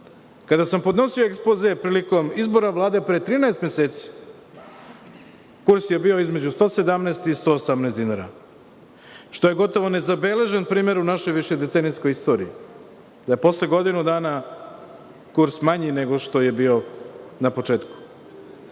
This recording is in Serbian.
kada sam podnosio ekspoze prilikom izbora Vlade pre 13 meseci, kurs je bio između 117 i 118 dinara, što je gotovo nezabeležen primer u našoj više decenijskoj istoriji, jer posle godinu dana kurs je manji nego na početku.U